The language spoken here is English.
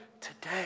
today